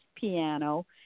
piano